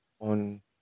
on